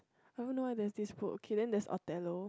i don't know why there's this book okay then that's Othello